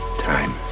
time